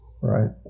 right